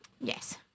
yes